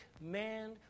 man